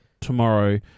tomorrow